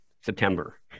September